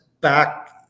back